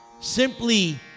simply